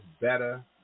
better